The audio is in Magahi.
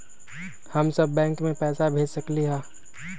हम सब बैंक में पैसा भेज सकली ह?